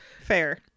fair